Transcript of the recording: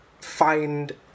Find